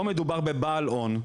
פה מדובר בבעל הון,